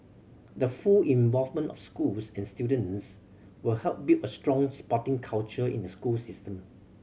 the full involvement of schools and students will help build a strong sporting culture in the school system